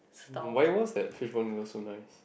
why was that free flow noodles so nice